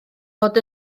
fod